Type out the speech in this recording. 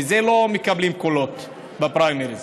מזה לא מקבלים קולות בפריימריז.